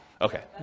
Okay